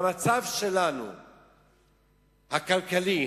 במצב הכלכלי,